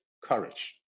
courage